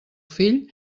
fill